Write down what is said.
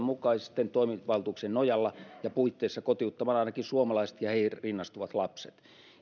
mukaisten toimivaltuuksiensa nojalla ja puitteissa kotiuttamaan ainakin suomalaiset ja heihin rinnastuvat lapset